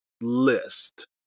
list